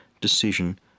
decision